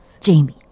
Jamie